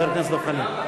חבר הכנסת דב חנין?